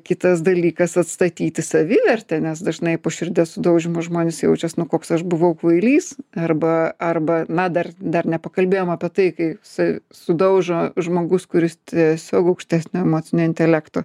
kitas dalykas atstatyti savivertę nes dažnai po širdies sudaužymo žmonės jaučias nu koks aš buvau kvailys arba arba na dar dar nepakalbėjom apie tai kai sa sudaužo žmogus kuris tiesiog aukštesniu emociniu intelektu